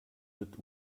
mit